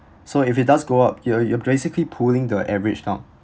so if it does go up you're you're basically pulling the average down